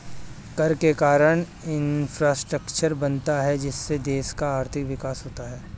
कर के कारण है इंफ्रास्ट्रक्चर बनता है जिससे देश का आर्थिक विकास होता है